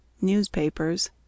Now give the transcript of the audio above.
Newspapers